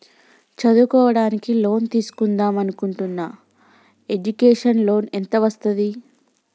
చదువుకోవడానికి లోన్ తీస్కుందాం అనుకుంటున్నా ఎడ్యుకేషన్ లోన్ ఎంత వస్తది?